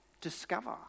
discover